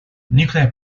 nuclear